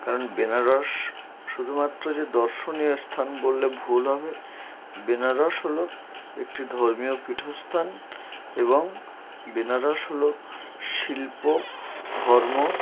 কারণ বেনারস শুধুমাত্র যে দর্শনীয় স্থান বললে ভুল হবে বেনারস হল একটি ধর্মীয় পীঠস্থান এবং বেনারাস হল শিল্প ধর্ম